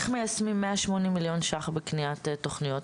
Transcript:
איך מיישמים 180 מיליון שקלים בקניית תוכניות,